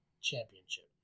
championship